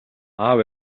аав